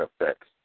effects